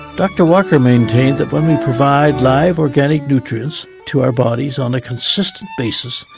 dr. walker maintained that when we provide live organic nutrients to our bodies on a consistent basis,